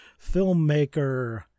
filmmaker